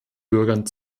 bürgern